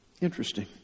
Interesting